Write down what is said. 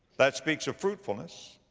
that speaks of fruitfulness.